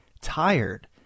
tired